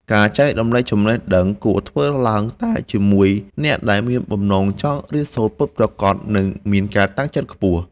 ការចែករំលែកចំណេះដឹងគួរធ្វើឡើងតែជាមួយអ្នកដែលមានបំណងចង់រៀនសូត្រពិតប្រាកដ និង មានការតាំងចិត្តខ្ពស់។